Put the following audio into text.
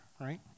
right